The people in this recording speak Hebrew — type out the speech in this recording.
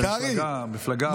אתם מפלגה אחות.